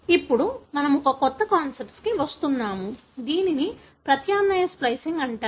ఇప్పుడు మనము ఒక కొత్త కాన్సెప్ట్కి వస్తున్నాము దీనిని ప్రత్యామ్నాయ స్ప్లికింగ్ అంటారు